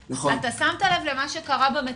אתה שמת לב למה שקרה במציאות,